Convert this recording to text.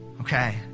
okay